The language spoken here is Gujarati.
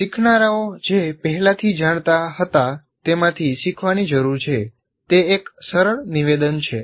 શીખનારાઓ જે પહેલાથી જાણતા હતા તેમાંથી શીખવાની જરૂર છે તે એક સરળ નિવેદન છે